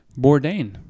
Bourdain